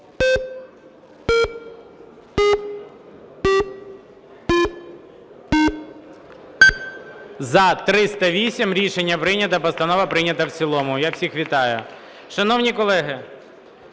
За-308 Рішення прийнято. Постанова прийнята в цілому. Я всіх вітаю! Шановні колеги,